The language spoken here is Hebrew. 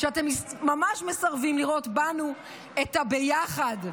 כשאתם ממש מסרבים לראות בנו את ה"ביחד".